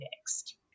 next